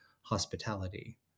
hospitality